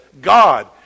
God